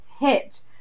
hit